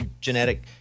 genetic